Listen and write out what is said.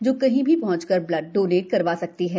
जो कही भी पहुंचकर ब्लड डोनेशन करवा सकती है